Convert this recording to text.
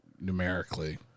numerically